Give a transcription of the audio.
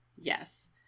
yes